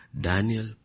Daniel